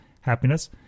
Happiness